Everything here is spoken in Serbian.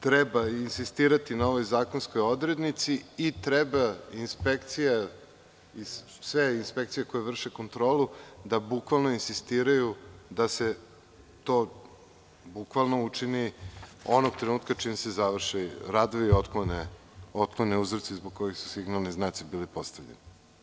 Treba insistirati na ovoj zakonskoj odrednici i treba sve inspekcije koje vrše kontrolu da bukvalno insistiraju da se to učini onog trenutka čim se završe radovi i otklone uzroci zbog kojih su signalni znaci bili postavljeni.